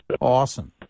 Awesome